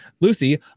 Lucy